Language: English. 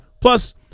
Plus